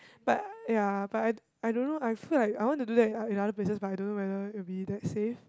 but ya but I I don't know I feel like I want to do that in other other places but I don't know whether it will be that safe